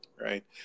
right